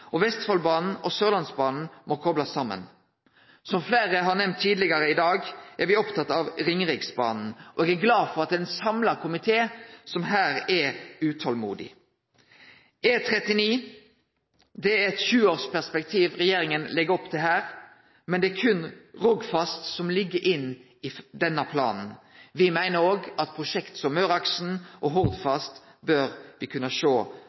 og Vestfoldbanen og Sørlandsbanen må koplast saman. Som fleire talarar tidlegare i dag er me opptatt av Ringeriksbanen, og eg er glad for at det er ein samla komité som her er utolmodig. For E39 er det eit 20-årsperspektiv regjeringa legg opp til, men det er berre Rogfast som ligg inne i denne planen. Me meiner òg at prosjekt som Møreaksen og Hordfast bør me kunne sjå